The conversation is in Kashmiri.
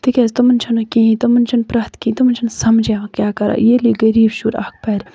تِکیازِ تِمن چھِنہٕ کِہینۍ تِمن چھِنہٕ پرٮ۪تھ کیٚنٛہہ تِمن چھُ نہٕ سَمجھ یِوان کیاہ کَرو ییٚلہِ یہِ غریٖب شُر اکھ پَرِ